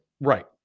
right